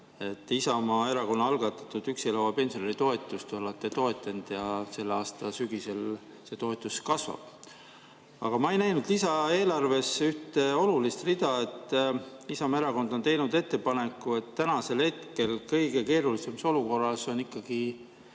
Isamaa Erakonna algatatud üksi elava pensionäri toetust olete toetanud ja selle aasta sügisel see toetus kasvab. Aga ma ei näinud lisaeelarves üht olulist rida. Isamaa Erakond on teinud ettepaneku: kuna hetkel on kõige keerulisem olukord seotud ikkagi